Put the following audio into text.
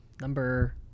Number